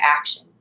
action